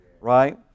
Right